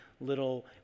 little